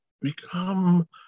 become